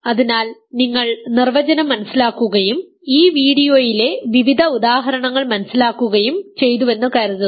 അതിനാൽ നിങ്ങൾ നിർവചനം മനസിലാക്കുകയും ഈ വീഡിയോയിലെ വിവിധ ഉദാഹരണങ്ങൾ മനസ്സിലാക്കുകയും ചെയ്തുവെന്ന് കരുതുന്നു